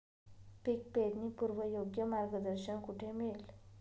पीक पेरणीपूर्व योग्य मार्गदर्शन कुठे मिळेल?